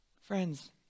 Friends